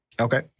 Okay